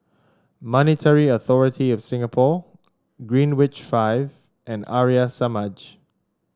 Monetary Authority Of Singapore Greenwich Five and Arya Samaj